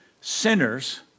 Sinners